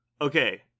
okay